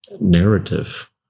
narrative